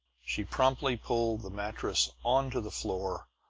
she promptly pulled the mattress onto the floor,